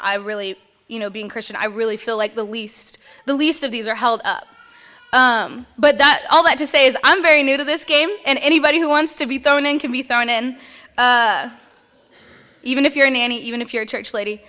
i really you know being christian i really feel like the least the least of these are held but that all that to say is i'm very new to this game and anybody who wants to be thrown in can be thrown in even if you're a nanny even if you're a church lady